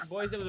Boys